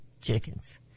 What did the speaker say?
chickens